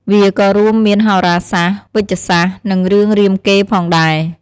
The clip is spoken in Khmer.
វាក៏រួមមានហោរាសាស្ត្រ វេជ្ជសាស្ត្រ និងរឿងរាមកេរ្តិ៍ផងដែរ។